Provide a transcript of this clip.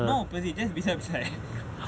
no opposite beside beside